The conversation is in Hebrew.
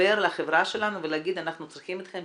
ולחבר לחברה שלנו ולהגיד: אנחנו צריכים אתכם,